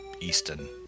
Easton